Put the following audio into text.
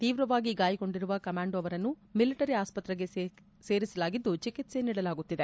ತೀವ್ರವಾಗಿ ಗಾಯಗೊಂಡಿರುವ ಕಮ್ಯಾಂಡೋ ಅವರನ್ನು ಮಿಲಿಟರಿ ಆಸ್ಪತ್ರೆಗೆ ಸೇರಿಸಲಾಗಿದ್ದು ಚಿಕಿತ್ಸೆ ನೀಡಲಾಗುತ್ತಿದೆ